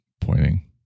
pointing